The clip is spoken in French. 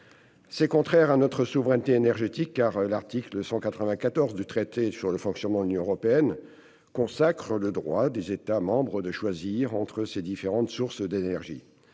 aussi contraire à notre souveraineté énergétique, car l'article 194 du traité sur le fonctionnement de l'Union européenne consacre le droit des États membres de choisir entre ces différentes sources d'énergie.